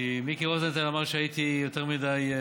כי מיקי רוזנטל אמר שהייתי יותר מדי,